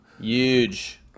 Huge